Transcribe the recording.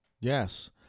yes